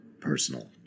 Personal